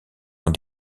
ont